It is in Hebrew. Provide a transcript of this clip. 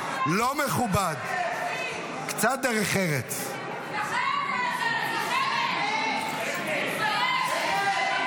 --- תתביישו --- חברת הכנסת נעמה, אל תפריעי